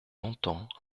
longtemps